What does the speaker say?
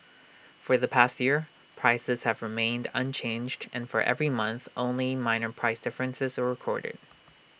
for the past year prices have remained unchanged and for every month only minor price differences are recorded